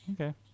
Okay